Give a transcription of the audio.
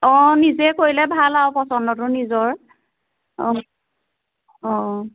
অঁ নিজে কৰিলে ভাল আও পচন্দটো নিজৰ অঁ অঁ